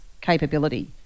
capability